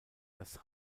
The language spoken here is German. das